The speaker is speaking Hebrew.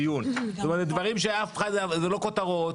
זאת אומרת דברים שהם לא כותרות,